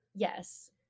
Yes